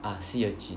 ah sea urchin